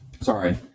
sorry